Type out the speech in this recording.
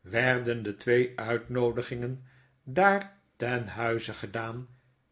werden de twee uitnoo digingen daar ten huize gedaan